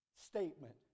statement